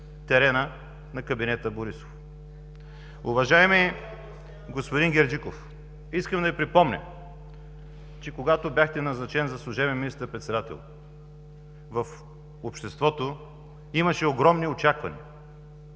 терена на кабинета Борисов. Уважаеми господин Герджиков, искам да Ви припомня, че когато бяхте назначен за служебен министър-председател в обществото имаше огромни очаквания